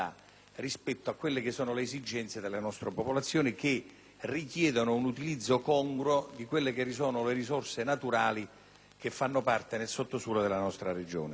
rispetto alle esigenze delle nostre popolazioni che richiedono un utilizzo congruo delle risorse naturali che fanno parte del sottosuolo della nostra Regione.